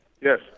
Yes